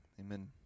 amen